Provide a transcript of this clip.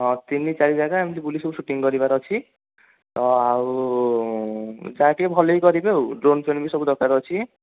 ହଁ ତିନି ଚାରି ଯାଗା ଏମିତି ବୁଲିକି ସବୁ ସୁଟିଂ କରିବାର ଅଛି ତ ଆଉ ଯାହା ଟିକେ ଭଲକି କରିବେ ଆଉ ଡ୍ରୋନ୍ ଫ୍ରୋନ୍ ବି ସବୁ ଦରକାର ଅଛି